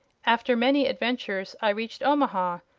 after many adventures i reached omaha,